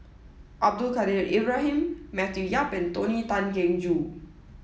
Abdul Kadir Ibrahim Matthew Yap and Tony Tan Keng Joo